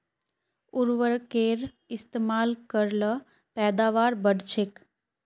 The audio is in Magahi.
उर्वरकेर इस्तेमाल कर ल पैदावार बढ़छेक